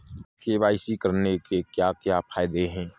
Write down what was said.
KYC करने के क्या क्या फायदे हैं?